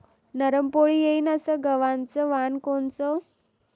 नरम पोळी येईन अस गवाचं वान कोनचं?